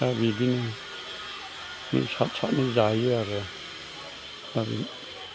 दा बिदिनो ना साद साद जायो आरो